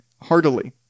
heartily